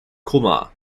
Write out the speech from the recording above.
kumar